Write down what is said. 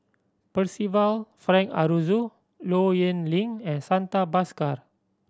Percival Frank Aroozoo Low Yen Ling and Santha Bhaskar